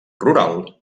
rural